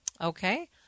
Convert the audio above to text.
Okay